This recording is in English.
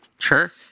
Sure